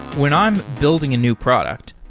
when i'm building a new product,